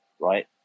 right